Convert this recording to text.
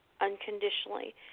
unconditionally